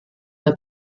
der